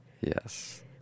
Yes